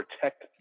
protect